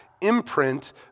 imprint